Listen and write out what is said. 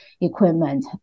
equipment